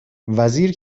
وزیر